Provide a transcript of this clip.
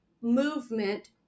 movement